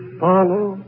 follow